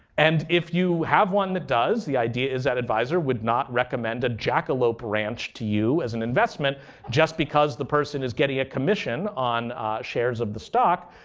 and if you have one that does, the idea is that adviser would not recommend a jackalope ranch to you as an investment just because the person is getting a commission on shares of the stock,